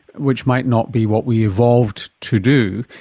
which might not be what we evolved to do,